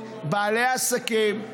בעלי העסקים,